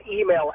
email